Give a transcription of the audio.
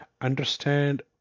Understand